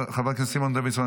חבר הכנסת סימון דוידסון,